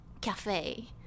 cafe